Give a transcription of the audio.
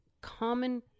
common